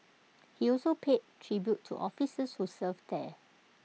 he also paid tribute to officers who served there